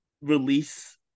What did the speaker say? release